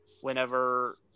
whenever